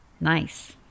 nice